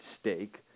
stake